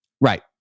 Right